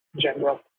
general